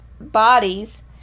bodies